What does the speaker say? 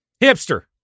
hipster